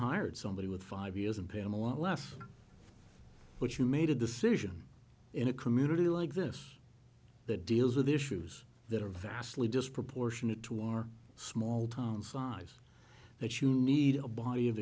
hired somebody with five years in pam a lot less but you made a decision in a community like this that deals with issues that are vastly disproportionate to our small town size that you need a body of